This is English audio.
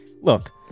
look